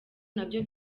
nabyo